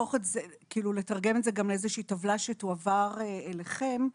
לתרגם את זה לאיזושהי טבלה שתועבר אליכם.